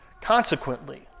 Consequently